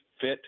fit